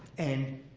and